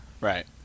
Right